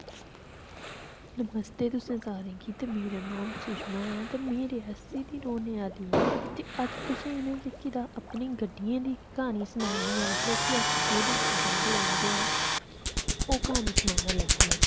नमस्ते तुसें सारें गी ते मेरा नांऽ सुषमा ऐ ते में रियासी दी रौह्ने आह्ली आं ते अज्ज में तुसेंगी जेह्की अपनी गड्डियें दी क्हानी सनान्नी आं कि मतलब अस कैह्दे च औंदे जंदे आं ओह् क्हानी सनाना लगी आं